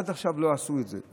עד עכשיו לא עשו את זה.